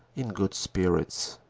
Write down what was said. in good spirits.